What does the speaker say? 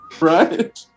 right